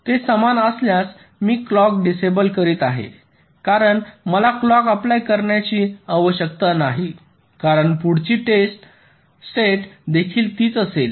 ते समान असल्यास मी क्लॉक डिसेबल करीत आहे कारण मला क्लॉक अप्लाय करण्याची आवश्यकता नाही कारण पुढची स्टेट देखील तीच असेल